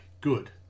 Good